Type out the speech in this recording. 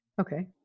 Okay